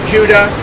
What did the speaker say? Judah